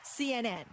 CNN